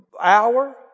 hour